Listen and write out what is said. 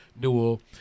Newell